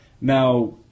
Now